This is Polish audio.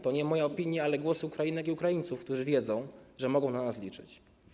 To nie moja opinia, ale głosy Ukrainek i Ukraińców, którzy wiedzą, że mogą na nas liczyć.